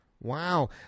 Wow